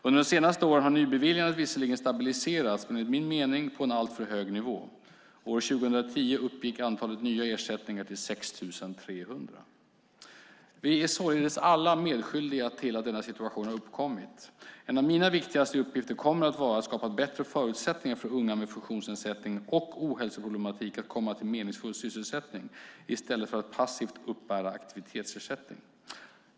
Under de senaste åren har nybeviljandet visserligen stabiliserats men enligt min mening på en alltför hög nivå. År 2010 uppgick antalet nya ersättningar till ca 6 300. Vi är således alla medskyldiga till att denna situation har uppkommit. En av mina viktigaste uppgifter kommer att vara att skapa bättre förutsättningar för unga med funktionsnedsättning och ohälsoproblematik att komma till meningsfull sysselsättning i stället för att passivt uppbära aktivitetsersättning.